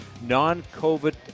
Non-COVID